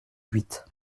huit